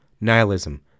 Nihilism